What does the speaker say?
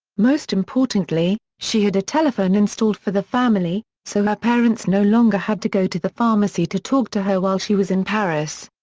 most importantly, she had a telephone installed for the family, so her parents no longer had to go to the pharmacy to talk to her while she was in paris.